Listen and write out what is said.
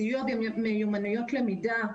סיוע במיומנויות למידה,